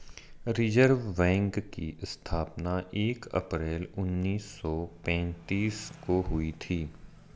reserve bank की स्थापना एक अप्रैल उन्नीस सौ पेंतीस को हुई थी